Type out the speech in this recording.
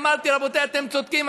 אמרתי: אתם צודקים,